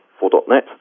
for.NET